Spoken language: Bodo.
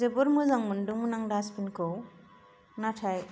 जोबोर मोजां मोनदोंमोन आं दास्टबिनखौ नाथाय